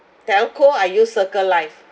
telco I use circle life